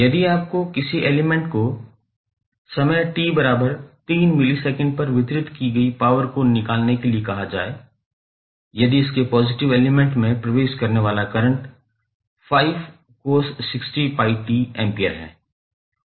यदि आपको किसी एलिमेंट को समय t बराबर 3 मिलीसेकंड पर वितरित की गई पॉवर को निकालने के लिए कहा जाए यदि इसके पॉजिटिव एलिमेंट में प्रवेश करने वाला करंट 5cos60𝜋𝑡 A है और वोल्टेज v 3i है